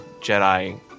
Jedi